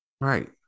right